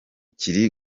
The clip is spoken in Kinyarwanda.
kiri